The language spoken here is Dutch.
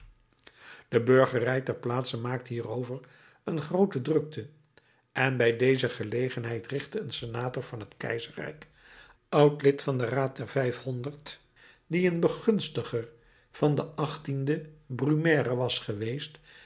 de burgerij der plaats maakte hierover een groote drukte en bij deze gelegenheid richtte een senator van het keizerrijk oud lid van den raad der vijfhonderd die een begunstiger van den en brumaire was geweest